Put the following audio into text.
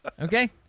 Okay